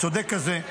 הצודק הזה,